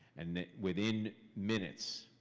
and within minutes,